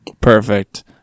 Perfect